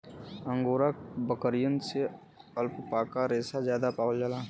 angora बकरियन से alpaca रेसा जादा पावल जाला